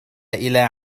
إلى